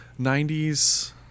90s